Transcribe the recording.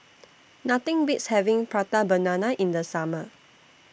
Nothing Beats having Prata Banana in The Summer